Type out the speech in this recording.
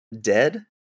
dead